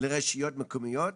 לרשויות מקומיות,